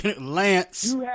Lance